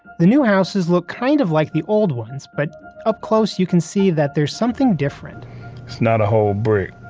the new houses look kind of like the old ones, but up close you can see that there's something different it's not a whole brick.